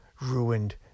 ruined